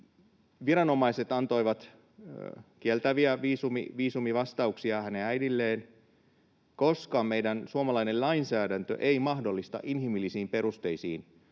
Viranomaiset antoivat kieltäviä viisumivastauksia hänen äidilleen, koska meidän suomalainen lainsäädäntö ei mahdollista inhimillisiin perusteisiin